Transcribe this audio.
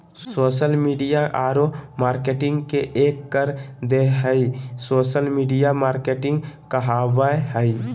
social media औरो marketing के एक कर देह हइ सोशल मिडिया मार्केटिंग कहाबय हइ